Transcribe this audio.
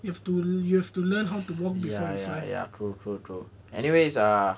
you have to you have to learn how to walk before you fly